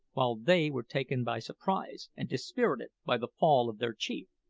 while they were taken by surprise and dispirited by the fall of their chief.